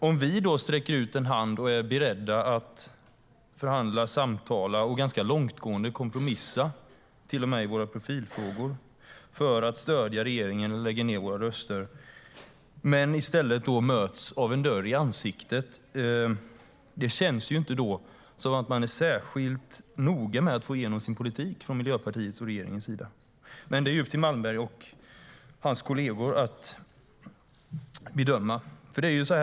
Om vi, då vi sträcker ut en hand och är beredda att förhandla, samtala och ganska långtgående kompromissa - till och med i våra profilfrågor - för att stödja regeringen och lägga ned våra röster, möts av en dörr i ansiktet känns det inte som att Miljöpartiet och regeringen är särskilt noga med att få igenom sin politik. Men det är upp till Malmberg och hans kolleger att bedöma.